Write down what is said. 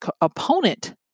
opponent